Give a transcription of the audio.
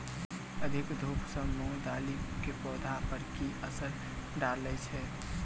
अधिक धूप सँ मूंग दालि केँ पौधा पर की असर डालय छै?